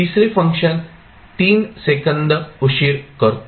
तिसरे function 3 second उशीर करतो